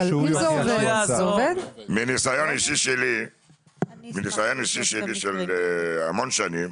מניסיון אישי שלי של המון שנים,